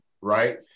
right